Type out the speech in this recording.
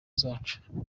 zacu